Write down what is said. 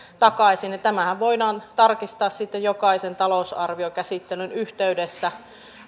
takaisin ja tämähän voidaan tarkistaa sitten jokaisen talousarviokäsittelyn yhteydessä